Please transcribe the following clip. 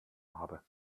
habe